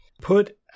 put